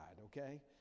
okay